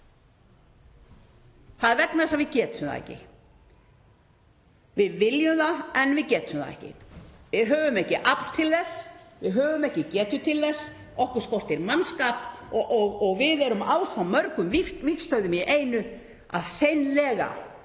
Það er vegna þess að við getum það ekki. Við viljum það en við getum það ekki. Við höfum ekki afl til þess, við höfum ekki getu til þess, okkur skortir mannskap og við erum á svo mörgum vígstöðvum í einu að það